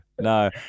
no